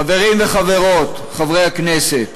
חברים וחברות, חברי הכנסת,